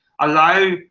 allow